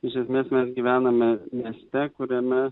iš esmės mes gyvename mieste kuriame